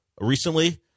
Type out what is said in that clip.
recently